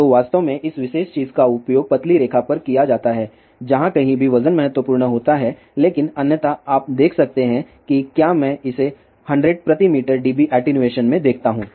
तो वास्तव में इस विशेष चीज का उपयोग पतली रेखा पर किया जाता है जहां कहीं भी वजन महत्वपूर्ण होता है लेकिन अन्यथा आप देख सकते हैं कि क्या मैं इसे 100 प्रति मीटर dB एटीन्यूएशन में देखता हूं